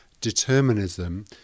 determinism